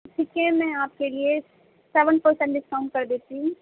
ٹھیک ہے میں آپ کے لیے سیون پرسینٹ ڈسکاؤنٹ کر دیتی ہوں